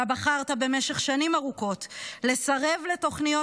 אתה בחרת במשך שנים ארוכות לסרב לתוכניות